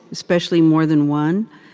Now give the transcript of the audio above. especially more than one.